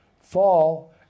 fall